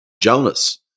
Jonas